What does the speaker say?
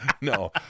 No